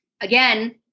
again